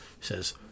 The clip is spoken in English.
Says